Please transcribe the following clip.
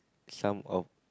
some of